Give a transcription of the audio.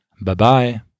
Bye-bye